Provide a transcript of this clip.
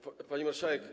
Pani Marszałek!